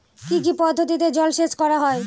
কি কি পদ্ধতিতে জলসেচ করা হয়?